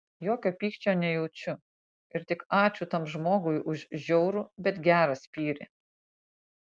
jokio pykčio nejaučiu ir tik ačiū tam žmogui už žiaurų bet gerą spyrį